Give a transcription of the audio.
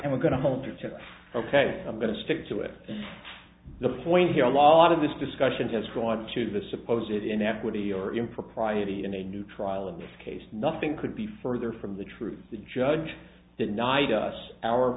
and we're going to hold her to ok i'm going to stick to it the point here a lot of this discussion has gone to the supposed inequity or impropriety in a new trial in this case nothing could be further from the truth the judge denied us our